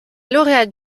lauréate